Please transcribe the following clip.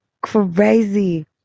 crazy